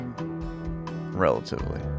relatively